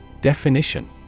Definition